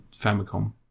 Famicom